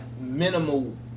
minimal